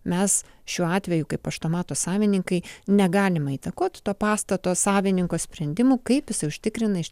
mes šiuo atveju kaip paštomato savininkai negalime įtakoti to pastato savininko sprendimų kaip visi užtikrina iš